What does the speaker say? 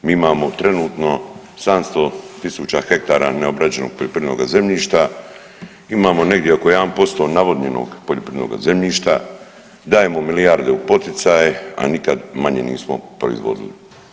Mi imamo trenutno 700.000 hektara neobrađenoga poljoprivrednoga zemljišta, imamo negdje oko 1% navodnjenoga poljoprivrednoga zemljišta, dajemo milijarde u poticaje, a nikad manje nismo proizvodili.